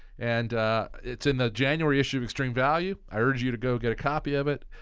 and it's in the january issue of extreme value. i urge you to go get a copy of it.